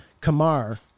Kamar